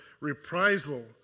reprisal